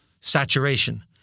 saturation